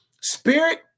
Spirit